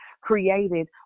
created